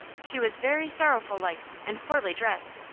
she was very sorrowful-like, and poorly dressed.